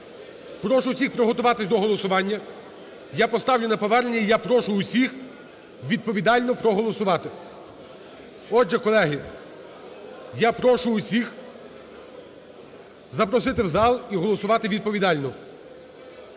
прошу всіх приготуватись до голосування. Я поставлю на повернення, і я прошу всіх відповідально проголосувати. Отже, колеги, я прошу всіх запросити в зал і голосувати відповідально.